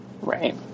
Right